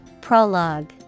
Prologue